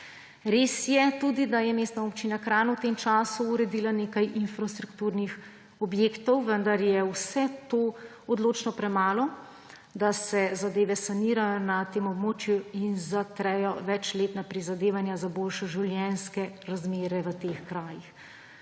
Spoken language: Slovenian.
Res je tudi, da je Mestna občina Kranj v tem času uredila nekaj infrastrukturnih objektov, vendar je vse to odločno premalo, da se zadeve sanirajo na tem območju in zatrejo večletna prizadevanja za boljše življenjske razmere v teh krajih.